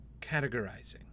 categorizing